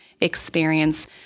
experience